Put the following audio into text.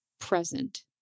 present